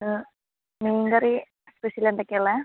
ഏഹ് മീൻ കറി സ്പെഷ്യൽ എന്ത് ഒക്കെയാണ് ഉള്ളത്